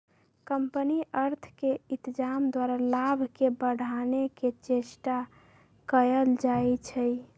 company अर्थ के इत्जाम द्वारा लाभ के बढ़ाने के चेष्टा कयल जाइ छइ